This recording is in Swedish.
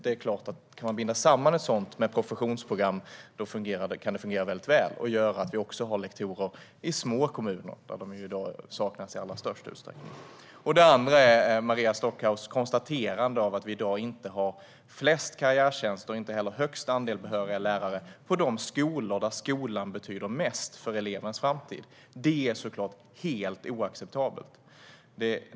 Det är klart att om man kan binda samman det med professionsprogram kan det fungera väldigt väl och göra att vi får lektorer också i små kommuner, där de i dag i allra största utsträckning saknas. Det andra är Maria Stockhaus konstaterande att vi i dag inte har flest karriärtjänster och inte heller högst andel behöriga lärare på de skolor där skolan betyder mest för elevernas framtid. Det är såklart helt oacceptabelt.